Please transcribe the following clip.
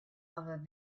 over